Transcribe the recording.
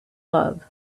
love